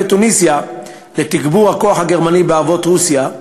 בתוניסיה לתגבור הכוח הגרמני בערבות רוסיה,